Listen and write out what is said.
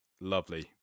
Lovely